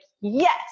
yes